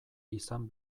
izan